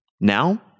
Now